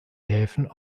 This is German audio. häfen